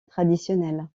traditionnelle